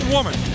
Woman